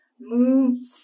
moved